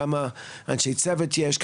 כמה אנשי צוות יש,